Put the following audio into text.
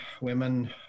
women